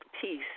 peace